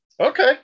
Okay